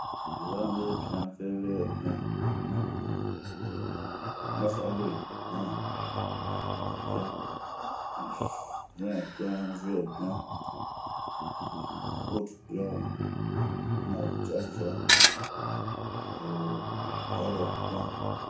zanŋiepian ,feŋiriyepian ,maa aŋril, marisi, aŋirili, mɛɛian ,zuɛnpian, zueepian ,utipoan nɛ a cɔcɔ, ahhɛdɛɛpian,....